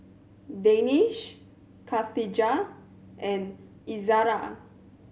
Danish Khatijah and Izara